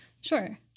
Sure